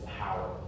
power